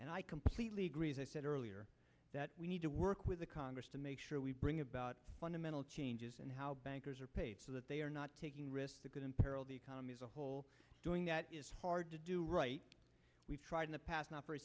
and i completely agree as i said earlier that we need to work with the congress to make sure we bring about fundamental changes in how bankers are paid so that they are not taking risk because imperil the economy as a whole doing that is hard to do right we've tried in the past